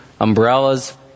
umbrellas